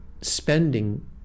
spending